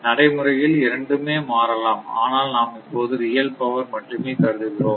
நடைமுறையில் இரண்டுமே மாறலாம் ஆனால் நாம் இப்போது ரியல் பவர் மட்டுமே கருதுகிறோம்